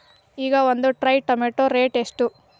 ಈಗ ಒಂದ್ tray tomato rate ಎಷ್ಟ?